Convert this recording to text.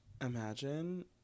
Imagine